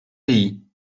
pays